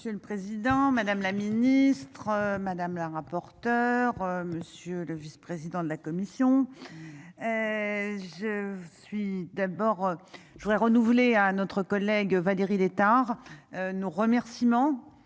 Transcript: Monsieur le président, madame la ministre madame la rapporteure monsieur le vice-président de la commission. Je suis d'abord. Je voudrais renouveler à notre collègue Valérie Létard nos remerciements.